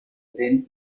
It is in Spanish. tren